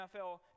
NFL